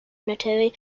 unitary